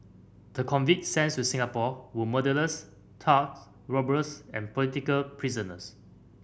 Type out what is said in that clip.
the convicts sent to Singapore were murderers thugs robbers and political prisoners